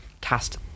cast